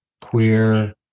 queer